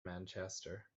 manchester